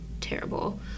terrible